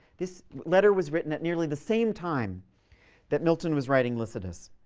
this letter was written at nearly the same time that milton was writing lycidas.